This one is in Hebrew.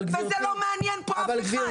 זה לא מעניין פה אף אחד.